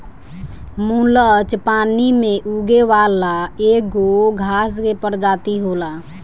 मुलच पानी में उगे वाला एगो घास के प्रजाति होला